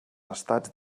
estats